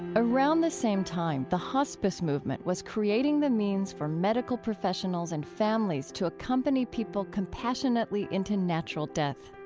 around the same time, the hospice movement was creating the means for medical professionals and families to accompany people compassionately into natural death.